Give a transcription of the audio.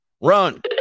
run